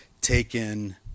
taken